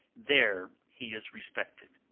there he is respected.